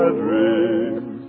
dreams